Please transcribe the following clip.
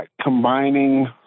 combining